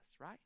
right